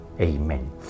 Amen